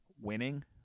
winning